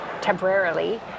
temporarily